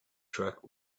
truck